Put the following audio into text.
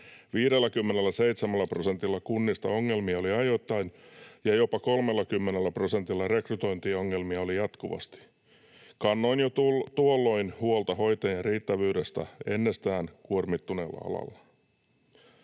57 prosentilla kunnista ongelmia oli ajoittain ja jopa 30 prosentilla rekrytointiongelmia oli jatkuvasti. Kannoin jo tuolloin huolta hoitajien riittävyydestä ennestään kuormittuneella alalla